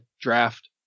draft